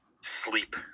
sleep